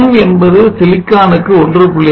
m என்பது silicon க்கு 1